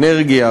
אנרגיה,